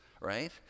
right